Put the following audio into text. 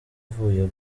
avuye